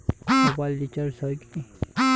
Mobile recharge হয় কি?